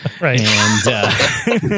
Right